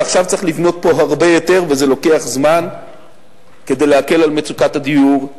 ועכשיו צריך לבנות פה הרבה יותר כדי להקל על מצוקת הדיור,